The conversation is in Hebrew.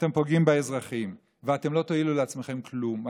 אתם פוגעים באזרחים, ואתם לא תועילו לעצמכם כלום.